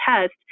test